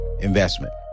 investment